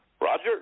Roger